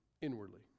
inwardly